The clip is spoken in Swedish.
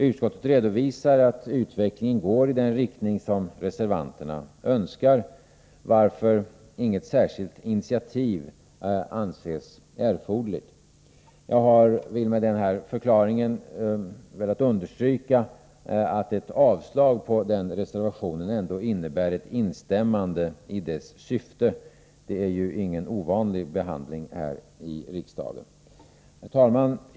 Utskottet redovisar att utvecklingen går i den riktning som reservanterna önskar, varför inget särskilt initiativ anses erforderligt. Jag har med den här förklaringen velat understryka att ett avslag på den reservationen ändå innebär ett instämmande i dess syfte. Det är ju ingen ovanlig behandling här i riksdagen. Herr talman!